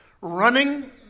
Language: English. running